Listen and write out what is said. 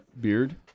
beard